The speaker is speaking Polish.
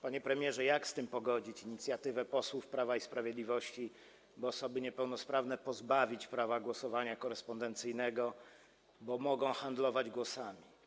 Panie premierze, jak z tym pogodzić inicjatywę posłów Prawa i Sprawiedliwości, by osoby niepełnosprawne pozbawić prawa głosowania korespondencyjnego, bo mogą handlować głosami?